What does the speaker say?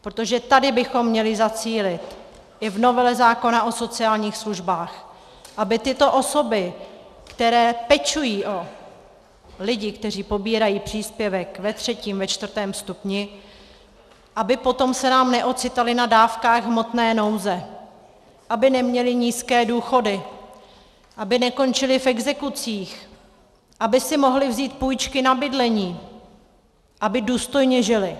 Protože na to bychom měli zacílit i v novele zákona o sociálních službách, aby tyto osoby, které pečují o lidi, kteří pobírají příspěvek ve třetím, ve čtvrtém stupni, aby se nám potom neocitaly na dávkách hmotné nouze, aby neměly nízké důchody, aby nekončily v exekucích, aby si mohly vzít půjčky na bydlení, aby důstojně žily.